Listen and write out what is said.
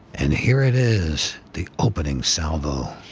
and here it is, the opening salvo.